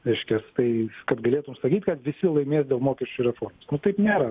reiškias tai kad galėtum sakyt kad visi laimės dėl mokesčių reformų nu taip nėra